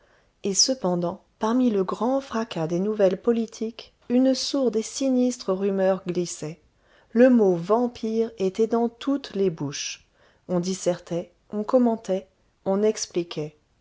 et cependant parmi le grand fracas des nouvelles politiques une sourde et sinistre rumeur glissait le mot vampire était dans toutes les bouches on dissertait on commentait on expliquait